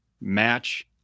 match